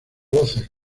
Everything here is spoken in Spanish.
voces